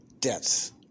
Deaths